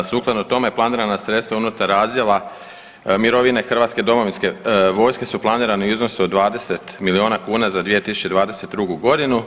Sukladno tome planirana sredstva unutar razdjela mirovine hrvatske domovinske vojske su planirani u iznosu od 20 milijuna kuna za 2022.g.